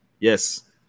Yes